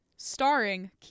Starring